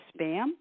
spam